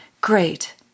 Great